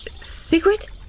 Secret